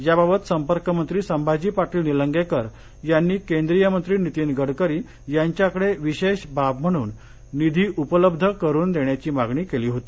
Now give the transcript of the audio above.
याबाबत संपर्कमंत्री संभाजी पाटील निलंगेकर यांनी केंद्रीय मंत्री नितीन गडकरी यांच्याकडे विशेष बाब म्हणून निधी उपलब्ध करून देण्याची मागणी केली होती